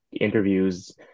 interviews